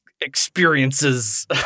experiences